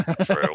True